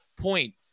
Point